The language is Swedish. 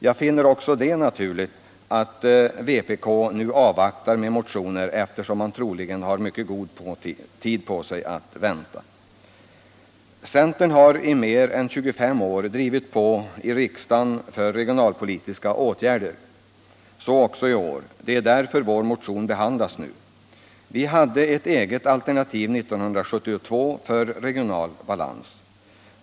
Jag finner det också naturligt att vpk avvaktar med motioner, eftersom man troligen har mycket god tid på sig att vänta. Centern har i mer än 25 år drivit på i riksdagen för regionalpolitiska åtgärder. Så också i år. Det är därför vår motion behandlas nu. Vi hade ett eget alternativ 1972 för regional balans.